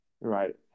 right